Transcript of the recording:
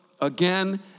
again